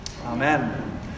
Amen